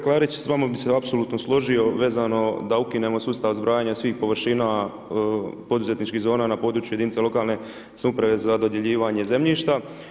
Kolega Klarić sa vama bih se apsolutno složio vezano da ukinemo sustav zbrajanja svih površina poduzetničkih zona na području jedinica lokalne samouprave za dodjeljivanje zemljišta.